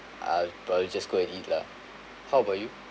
I would probably just go and eat lah how about you